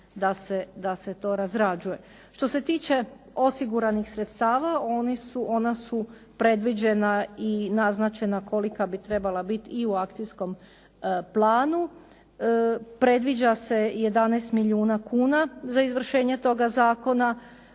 da se to razrađuje. Što se tiče osiguranih sredstava, ona su predviđena i naznačena kolika bi trebala bit i u akcijskom planu. Predviđa se 11 milijuna kuna za izvršenje toga zakona.